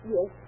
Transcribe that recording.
Yes